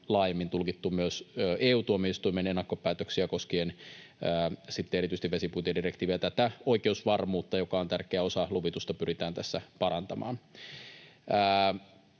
laajemmin tulkittu myös EU-tuomioistuimen ennakkopäätöksiä koskien erityisesti vesipuitedirektiiviä. Tätä oikeusvarmuutta, joka on tärkeä osa luvitusta, pyritään tässä parantamaan.